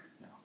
no